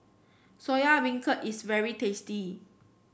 Soya Beancurd is very tasty